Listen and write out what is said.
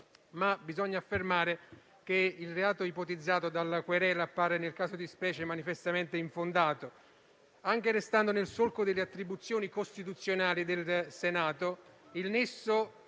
bisogna affermare che il reato ipotizzato dalla querela appare, nel caso di specie, manifestamente infondato. Anche restando nel solco delle attribuzioni costituzionali del Senato, il nesso